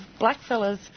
blackfellas